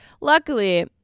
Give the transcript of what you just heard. Luckily